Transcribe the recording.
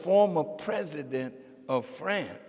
former president of france